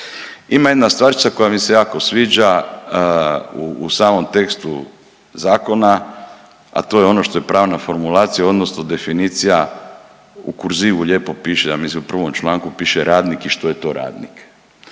Ima jedna stvarčica koja mi se jako sviđa u samom tekstu zakona, a to je ono što je pravna formulacija odnosno definicija u kurzivu lijepo piše, mislim da u prvom članku radnik i što je to radnik.